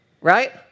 right